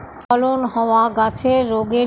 ফসল থেকে পাতা স্খলন হওয়া গাছের রোগের ইংগিত